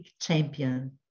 champion